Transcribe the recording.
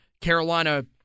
Carolina